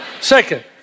Second